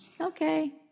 okay